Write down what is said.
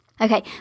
Okay